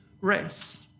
rest